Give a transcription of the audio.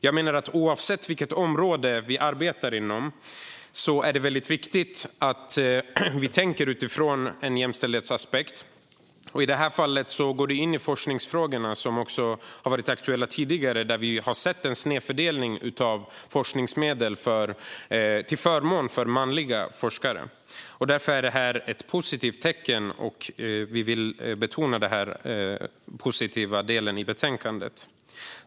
Jag menar att oavsett vilket område vi arbetar inom är det viktigt att vi tänker utifrån en jämställdhetsaspekt. I det här fallet går det in i forskningsfrågorna, som har varit aktuella tidigare. Vi har sett en snedfördelning av forskningsmedel till förmån för manliga forskare. Därför är detta ett positivt tecken, och vi vill betona denna positiva del av betänkandet.